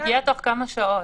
זה הגיע תוך כמה שעות.